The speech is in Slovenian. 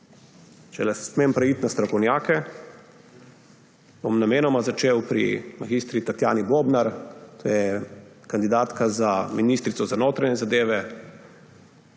Če smem preiti na strokovnjake, bom namenoma začel pri mag. Tatjani Bobnar, to je kandidatka za ministrico za notranje zadeve.